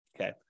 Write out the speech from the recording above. Okay